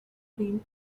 been